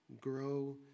grow